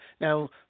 Now